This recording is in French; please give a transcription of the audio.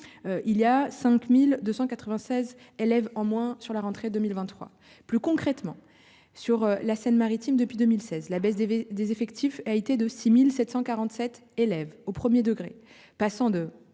il y a 5296 élèves en moins sur la rentrée 2023 plus concrètement sur la Seine Maritime. Depuis 2016, la baisse des des effectifs a été de 6747 élèves au 1er degré, passant de